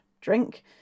drink